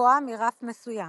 גבוהה מרף מסוים.